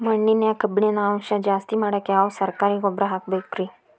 ಮಣ್ಣಿನ್ಯಾಗ ಕಬ್ಬಿಣಾಂಶ ಜಾಸ್ತಿ ಮಾಡಾಕ ಯಾವ ಸರಕಾರಿ ಗೊಬ್ಬರ ಹಾಕಬೇಕು ರಿ?